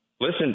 Listen